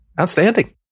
Outstanding